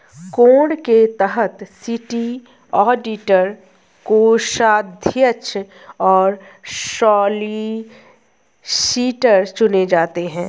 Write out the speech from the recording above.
code के तहत city auditor, कोषाध्यक्ष और सॉलिसिटर चुने जाते हैं